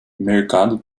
mercado